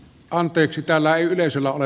anteeksi täällä yhden sillä ole